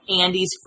Andy's